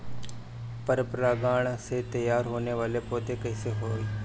पर परागण से तेयार होने वले पौधे कइसे होएल?